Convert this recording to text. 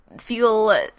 feel